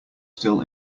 still